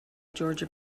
georgia